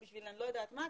ובשביל אני לא יודעת מה.